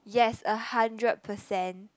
yes a hundred percent